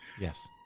Yes